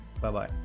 Bye-bye